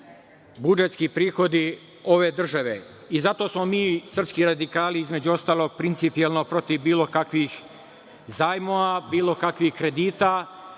budžetski prihodi ove države. Zato smo mi srpski radikali, između ostalog, principijelno protiv bilo kakvih zajmova, bilo kakvih kredita.